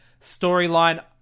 storyline